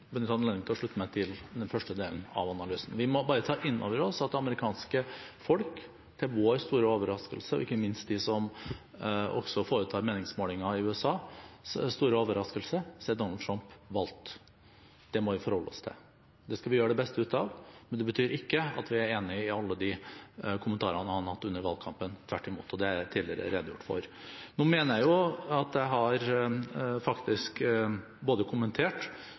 bare ta inn over oss at det amerikanske folk – til vår store overraskelse, og ikke minst til stor overraskelse for dem som foretar meningsmålinger i USA – har valgt Donald Trump. Det må vi forholde oss til. Det skal vi gjøre det beste ut av, men det betyr ikke at vi er enig i alle de kommentarene han har hatt under valgkampen – tvert imot. Det har jeg tidligere redegjort for. Nå mener jeg at jeg faktisk har både kommentert